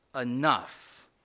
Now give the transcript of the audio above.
enough